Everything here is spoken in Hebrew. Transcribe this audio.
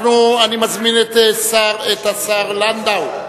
אני מזמין את השר לנדאו,